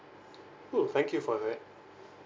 cool thank you for that